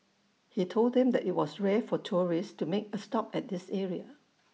he told them that IT was rare for tourists to make A stop at this area